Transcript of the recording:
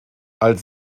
als